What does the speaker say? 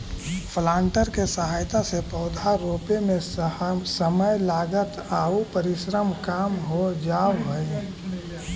planter के सहायता से पौधा रोपे में समय, लागत आउ परिश्रम कम हो जावऽ हई